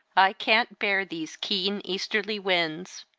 i can't bear these keen, easterly winds.